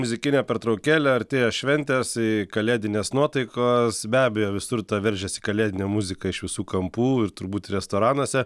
muzikinę pertraukėlę artėja šventės i kalėdinės nuotaikos be abejo visur veržiasi kalėdinė muzika iš visų kampų ir turbūt restoranuose